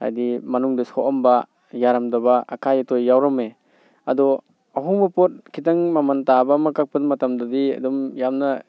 ꯍꯥꯏꯗꯤ ꯃꯅꯨꯡꯗ ꯁꯣꯛꯑꯝꯕ ꯌꯥꯔꯝꯗꯕ ꯑꯀꯥꯏ ꯑꯇꯣꯏ ꯌꯥꯎꯔꯝꯃꯦ ꯑꯗꯣ ꯑꯍꯣꯡꯕ ꯄꯣꯠ ꯈꯤꯇꯪ ꯃꯃꯟ ꯇꯥꯕ ꯑꯃ ꯀꯛꯄ ꯃꯇꯝꯗꯗꯤ ꯑꯗꯨꯝ ꯌꯥꯝꯅ